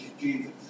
Jesus